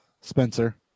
Spencer